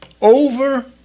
over